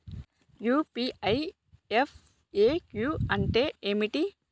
UPI FAQ అంటే ఏమిటి?